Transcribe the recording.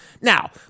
Now